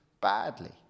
badly